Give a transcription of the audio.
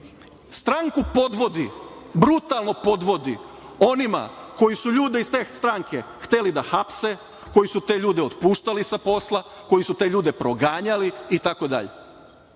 godine. Stranku podvodi, brutalno podvodi onima koji su ljude iz te stranke hteli da hapse, koji su te ljude otpuštali sa posla, koji su te ljude proganjali i